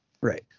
Right